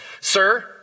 sir